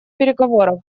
переговоров